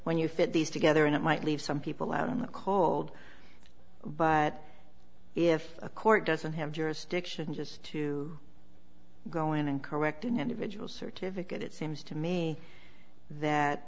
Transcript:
you fit these together and it might leave some people out in the cold but if a court doesn't have jurisdiction just to go in and correct an individual certificate it seems to me that